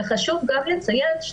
וחשוב גם לציין,